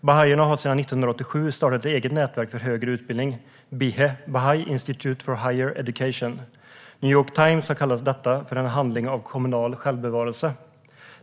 Bahaierna startade 1987 ett eget nätverk för högre utbildning: BIHE, Bahá'í Institute for Higher Education. New York Times har kallat detta för en handling av kommunal självbevarelse.